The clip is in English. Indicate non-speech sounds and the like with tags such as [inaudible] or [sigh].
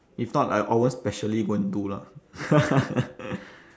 if not I always specially go and do lah [laughs]